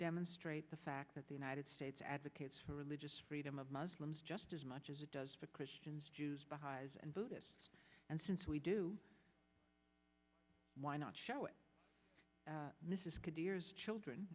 demonstrate the fact that the united states advocates for religious freedom of muslims just as much as it does for christians jews besides and buddhists and since we do why not show it this is could years children